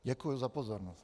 Děkuji za pozornost.